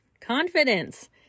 confidence